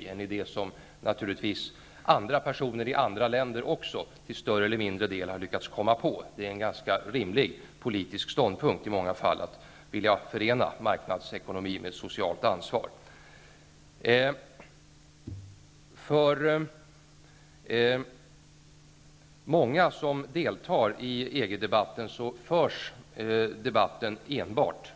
Det var en idé som naturligtvis andra personer i andra länder också till större eller mindre del har lyckats komma på. Det är en ganska rimlig politisk ståndpunkt i många fall att vilja förena marknadsekonomi med socialt ansvar. Många som deltar i EG-debatten för den nästan enbart